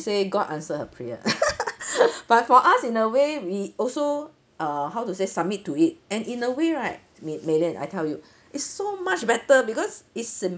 say god answer her prayer but for us in a way we also uh how to say submit to it and in a way right mei~ mei lian I tell you it's so much better because it's simple